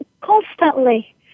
constantly